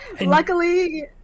luckily